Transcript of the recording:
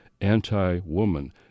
anti-woman